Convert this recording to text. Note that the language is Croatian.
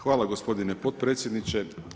Hvala gospodine potpredsjedniče.